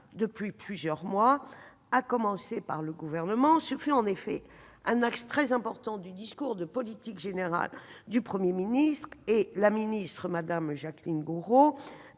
depuis plusieurs mois, à commencer par le Gouvernement. Ce fut en effet un axe très important du dernier discours de politique générale du Premier ministre, et Mme la ministre Jacqueline Gourault